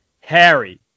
Harry